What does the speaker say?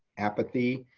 apathy,